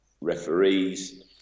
referees